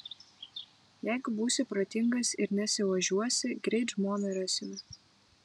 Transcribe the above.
jeigu būsi protingas ir nesiožiuosi greit žmoną rasime